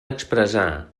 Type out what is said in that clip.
expressar